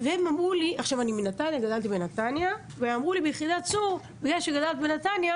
אמרו לי ביחידת צור שמכיוון שגדלתי בנתניה